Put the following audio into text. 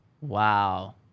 Wow